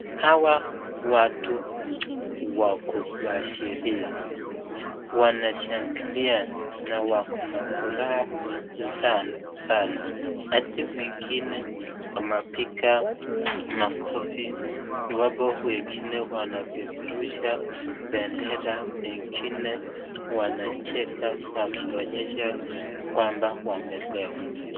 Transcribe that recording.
Hawa watu wako kwa sherehe, wanashangilia na wakona furaha, sana sana, mwingine amepiga makofi iwapo wengine wanapeperusha bendera, wengine wakicheka wakionyesha kwamba wamelewa.